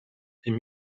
est